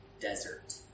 desert